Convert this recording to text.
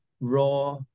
raw